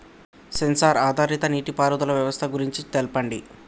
Censor ఆధారిత నీటిపారుదల వ్యవస్థ గురించి తెల్పండి?